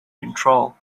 control